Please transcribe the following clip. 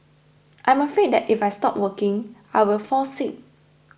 I am afraid that if I stop working I will fall sick